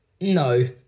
No